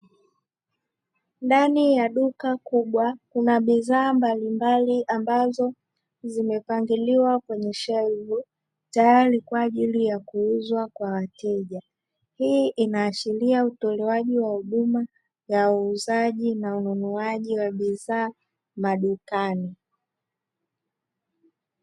Ndani ya duka kubwa kuna bidhaa mbalimbali ambazo zimepangiliwa kwenye shelfu tayari kwa ajili ya kuuzwa kwa wateja, hii inaashiria utolewaji wa huduma ya uuzaji na ununuaji wa bidhaa madukani.